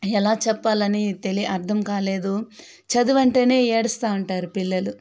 ఎలా చెప్పాలి అనే అర్థం కాలేదు చదువంటేనే ఏడుస్తా ఉంటారు పిల్లలు